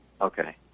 Okay